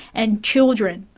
and children.